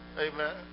Amen